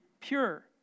Pure